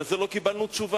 על זה לא קיבלנו תשובה.